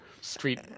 Street